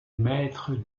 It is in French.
maître